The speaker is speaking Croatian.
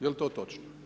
Jel to točno?